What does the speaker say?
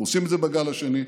אנחנו עושים את זה בגל השני,